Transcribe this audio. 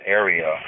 area